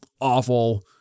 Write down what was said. awful